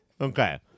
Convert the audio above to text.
Okay